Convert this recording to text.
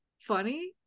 funny